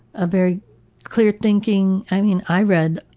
a very clear thinking. i mean i read